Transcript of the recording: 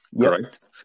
Correct